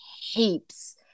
heaps